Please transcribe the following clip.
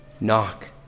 knock